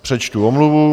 Přečtu omluvu.